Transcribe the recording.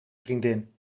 vriendin